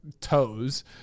toes